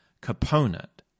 component